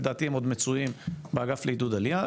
לדעתי הם עוד מצויים באגף לעידוד עלייה.